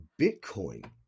Bitcoin